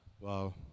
wow